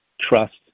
trust